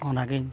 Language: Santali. ᱚᱱᱟᱜᱮᱧ